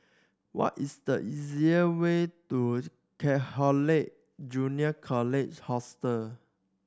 what is the easier way to Catholic Junior College Hostel